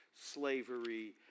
slavery